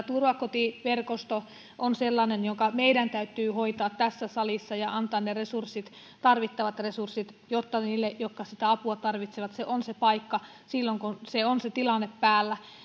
turvakotiverkosto on sellainen joka meidän täytyy hoitaa tässä salissa ja antaa ne tarvittavat resurssit jotta niille jotka sitä apua tarvitsevat on paikka silloin kun on se tilanne päällä